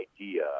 idea